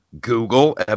Google